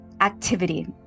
activity